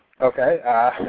Okay